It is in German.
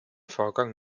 vorgang